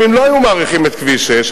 גם אם לא היו מאריכים את כביש 6,